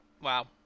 Wow